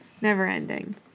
Never-ending